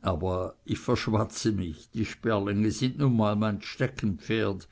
aber ich verschwatze mich die sperlinge sind nun mal mein steckenpferd